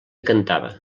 cantava